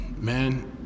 man